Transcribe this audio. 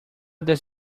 does